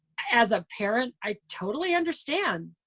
as a parent, i totally understand.